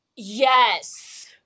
Yes